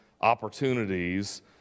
opportunities